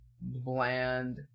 bland